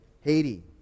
Haiti